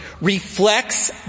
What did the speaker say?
reflects